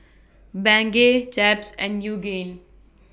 Bengay Chaps and Yoogane